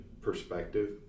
perspective